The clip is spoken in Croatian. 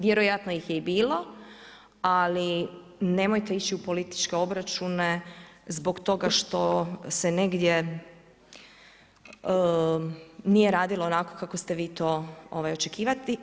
Vjerojatno ih je i bilo, ali nemojte ići u političke obračune, zbog toga što se negdje, nije radilo onako kako ste vi to očekivati.